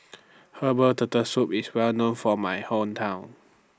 Herbal Turtle Soup IS Well known For My Hometown